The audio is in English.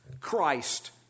Christ